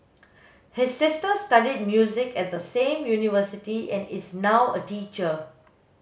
his sister studied music at the same university and is now a teacher